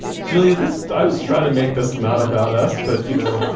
julia this i was trying to make this not about us but you know